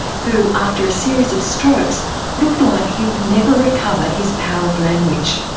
who after series of strokes looked like he would never recover his power of language,